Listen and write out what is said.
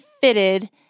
fitted